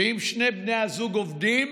ואם שני בני הזוג עובדים